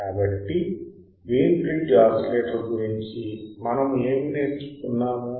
కాబట్టి Wien bridge oscillator గురించి మనం ఏమి నేర్చుకున్నాము